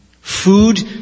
Food